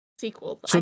sequel